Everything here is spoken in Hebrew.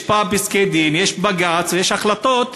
יש פסקי-דין, יש בג"ץ, יש החלטות.